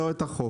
לא את החוק.